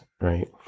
right